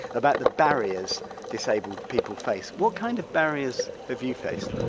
about the barriers disabled people face. what kind of barriers have you faced?